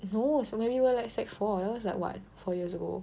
no so when we were like sec four that was like what four years ago